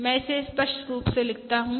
मै इसे स्पष्ट रूप से लिखता हूँ